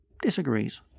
Disagrees